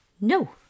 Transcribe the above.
no